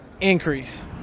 Increase